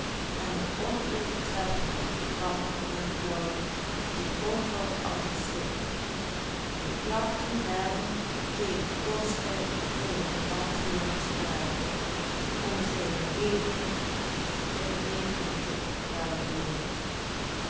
omvalt als een stok de klachten werden tegen korstijd voor den landheer gespaard om zed in rekening te